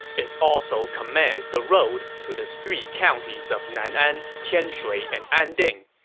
it also commands the road to the three counties of nanan, tianshui, and anding.